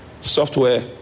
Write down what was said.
software